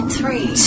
three